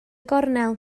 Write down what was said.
gornel